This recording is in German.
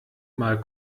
mal